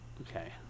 Okay